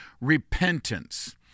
repentance